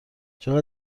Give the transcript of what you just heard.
چقدر